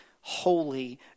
holy